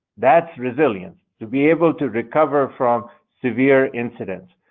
that's resilience to be able to recover from severe incidents.